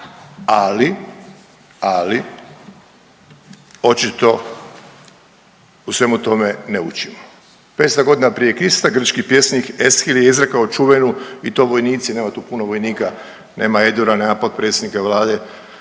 ali, ali očito u svemu tome ne učimo. 500.g. prije Krista grčki pjesnik Eshil je izrekao čuvenu i to vojnici, nema tu puno vojnika, nema Edura, nema potpredsjednika vlade,